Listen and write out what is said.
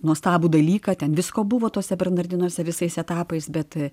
nuostabų dalyką ten visko buvo tuose bernardinuose visais etapais bet